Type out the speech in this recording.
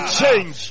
change